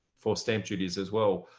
for stamp duties as well.